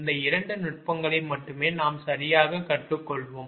இந்த 2 நுட்பங்களை மட்டுமே நாம் சரியாக கற்றுக்கொள்வோம்